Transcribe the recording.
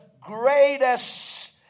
greatest